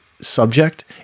subject